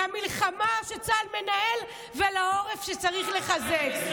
למלחמה שצה"ל מנהל ולעורף שצריך לחזק.